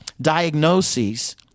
diagnoses